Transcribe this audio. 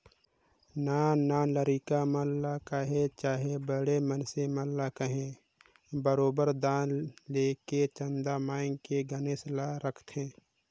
नान नान लरिका मन ल कहे चहे बड़खा मइनसे मन ल कहे बरोबेर दान लेके चंदा मांएग के गनेस ल रखथें